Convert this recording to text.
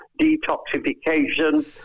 detoxification